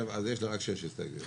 אז יש לי רק שש הסתייגויות.